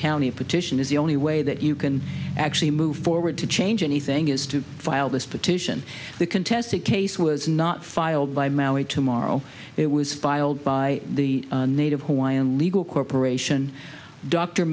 county a petition is the only way that you can actually move forward to change anything is to file this petition the contested case was not filed by mail it tomorrow it was filed by the native hawaiian legal corporation dr